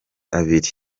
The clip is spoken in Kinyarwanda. abiri